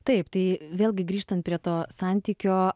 taip tai vėlgi grįžtant prie to santykio